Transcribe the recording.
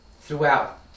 throughout